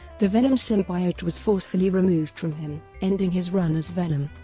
the venom symbiote was forcefully removed from him, ending his run as venom.